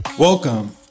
Welcome